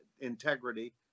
integrity